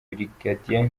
brig